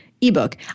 ebook